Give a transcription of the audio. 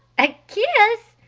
a kiss?